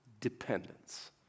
dependence